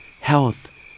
health